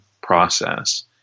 process